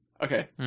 Okay